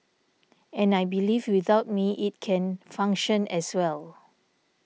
and I believe without me it can function as well